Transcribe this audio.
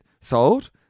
sold